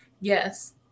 yes